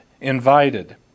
Invited